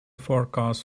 forecast